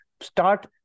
Start